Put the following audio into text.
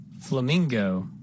Flamingo